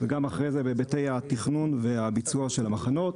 וגם אחרי זה בהיבטי התכנון והביצוע של המחנות.